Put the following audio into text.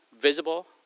Visible